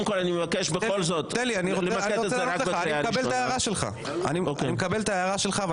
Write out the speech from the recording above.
מקבל את ההערה שלך ואני רוצה לענות לך.